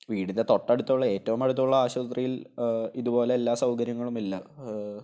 വീടിൻ്റെ തൊട്ടടുത്തുള്ള ഏറ്റവും അടുത്തുള്ള ആശുപത്രിയിൽ ഇതുപോലെ എല്ലാ സൗകര്യങ്ങളുമില്ല